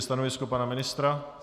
Stanovisko pana ministra?